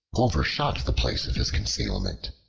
overshot the place of his concealment.